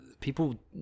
people